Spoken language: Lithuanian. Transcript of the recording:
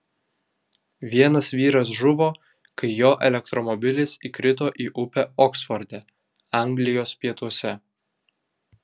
vienas vyras žuvo kai jo elektromobilis įkrito į upę oksforde anglijos pietuose